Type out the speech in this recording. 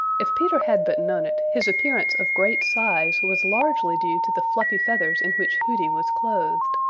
if peter had but known it, his appearance of great size was largely due to the fluffy feathers in which hooty was clothed.